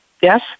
Yes